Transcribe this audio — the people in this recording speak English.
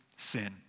sin